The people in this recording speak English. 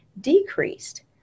decreased